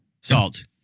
Salt